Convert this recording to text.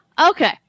Okay